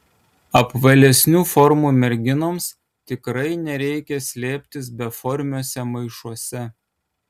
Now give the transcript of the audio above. apvalesnių formų merginoms tikrai nereikia slėptis beformiuose maišuose